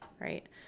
right